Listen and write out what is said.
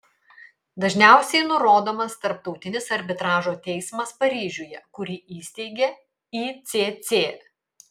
dažniausiai nurodomas tarptautinis arbitražo teismas paryžiuje kurį įsteigė icc